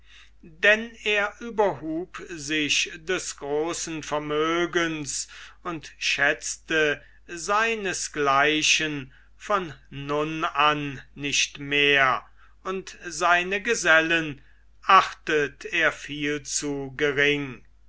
denn er überhub sich des großen vermögens und schätzte seinesgleichen von nun an nicht mehr und seine gesellen achtet er viel zu gering